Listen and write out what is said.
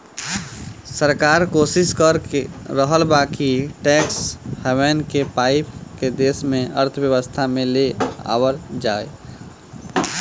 सरकार कोशिस कर रहल बा कि टैक्स हैवेन के पइसा के देश के अर्थव्यवस्था में ले आवल जाव